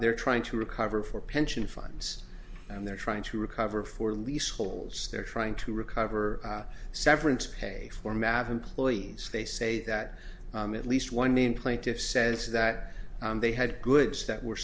they're trying to recover for pension funds and they're trying to recover for leaseholds they're trying to recover severance pay for mad employees they say that at least one million plaintiffs says that they had goods that were